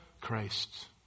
Christ